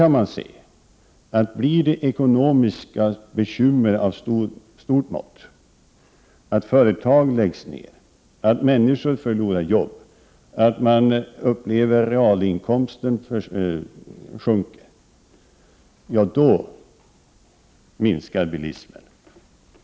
Man kan se att om det uppstår ekonomiska bekymmer av stort mått, att företag läggs ner, att människor förlorar jobb, att man upplever att realinkomsten sjunker, ja, då minskar bilismen.